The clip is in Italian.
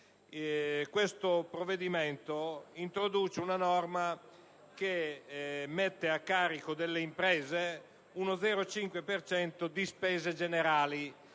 questo provvedimento introduce una norma che pone a carico delle imprese lo 0,5 per cento di spese generali: